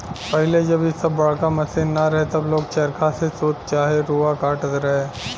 पहिले जब इ सब बड़का मशीन ना रहे तब लोग चरखा से सूत चाहे रुआ काटत रहे